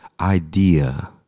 idea